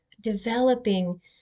developing